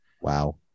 Wow